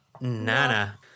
Nana